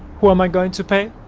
who am i going to pay?